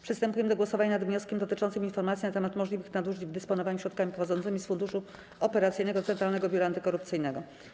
Przystępujemy do głosowania nad wnioskiem dotyczącym informacji na temat możliwych nadużyć w dysponowaniu środkami pochodzącymi z funduszu operacyjnego Centralnego Biura Antykorupcyjnego.